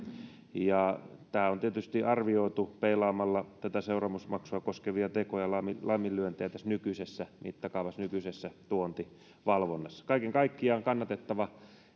tämä on tietysti arvioitu peilaamalla tätä seuraamusmaksua koskevia tekoja laiminlyöntejä tässä nykyisessä mittakaavassa nykyisessä tuontivalvonnassa kaiken kaikkiaan kannatettava